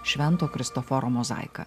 švento kristoforo mozaiką